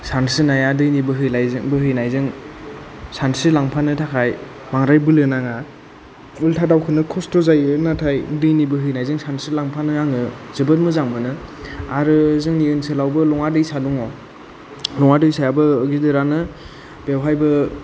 सानस्रिनाया दैनि बोहैलाय बोहैनायजों सानस्रिलांफानो थाखाय बांद्राय बोलो नाङा उल्था दावखोनो खस्थ' जायो नाथाय दैनि बोहैनायजों सानस्रिलांफानो आङो जोबोद मोजां मोनो आरो जोंनि ओनसोलावबो लङा दैसा दङ लङा दैसायाबो गिदिरानो बेवहायबो